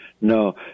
No